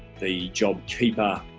the job keeper